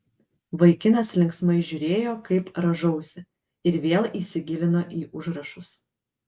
vaikinas linksmai žiūrėjo kaip rąžausi ir vėl įsigilino į užrašus